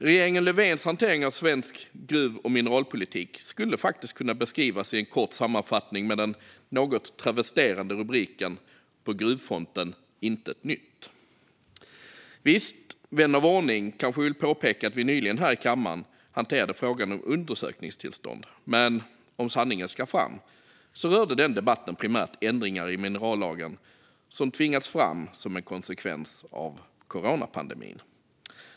Regeringen Löfvens hantering av svensk gruv och mineralpolitik skulle faktiskt kunna beskrivas i en kort sammanfattning med den något travesterande titeln På gruvfronten intet nytt . Visst, vän av ordning kanske vill påpeka att vi här i kammaren nyligen hanterade frågan om undersökningstillstånd. Men om sanningen ska fram rörde den debatten primärt ändringar i minerallagen som tvingats fram som en konsekvens av coronapandemin.